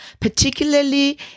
particularly